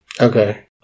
okay